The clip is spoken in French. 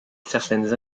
certaines